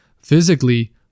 physically